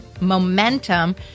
momentum